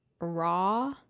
raw